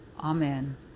Amen